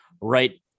right